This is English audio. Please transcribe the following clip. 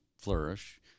flourish